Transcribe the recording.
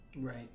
Right